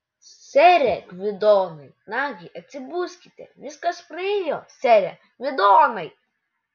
sere gvidonai nagi atsibuskite viskas praėjo sere gvidonai